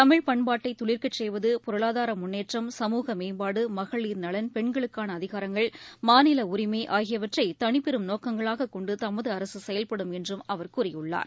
தமிழ் பண்பாட்டைதுளிர்க்கச்செய்வது பொருளாதாரமுன்னேற்றம் சமூக மேம்பாடு மகளிர் நலன் பெண்களுக்கானஅதிகாரங்கள் மாநிலஉரிமைஆகியவற்றைதனிப்பெரும் நோக்கங்களாககொண்டுதமதுஅரசுசெயல்படும் என்றும் அவர் கூறியுள்ளார்